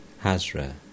Hazra